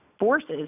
forces